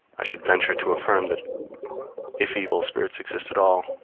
i should venture to affirm that if evil spirits exist at all,